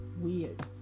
Weird